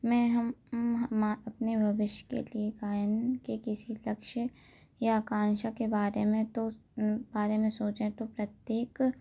मैं हम हम अपने भविष्य के लिए गायन के किसी लक्ष्य या आकांक्षा के बारे में तो बारे में सोचें तो प्रत्येक